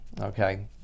Okay